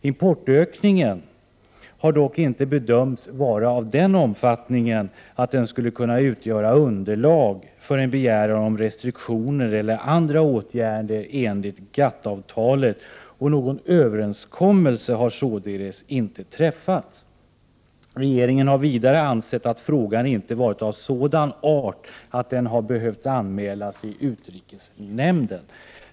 Importökningen har dock inte bedömts vara av den omfattningen att den skulle kunna utgöra underlag för en begäran om restriktioner eller andra åtgärder enligt GATT-avtalet, och något överenskommelse har således inte träffats. Regeringen har vidare ansett att frågan inte varit av sådan art att den har behövt anmälas i utrikesnämnden.